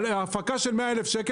בהפקה של 100,000 ₪,